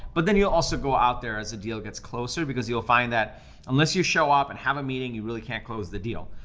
but then you'll also go out there as the deal gets closer because you'll find that unless you show up and have a meeting, you really can't close the deal,